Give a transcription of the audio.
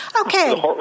Okay